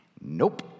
Nope